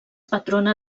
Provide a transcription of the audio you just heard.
patrona